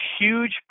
huge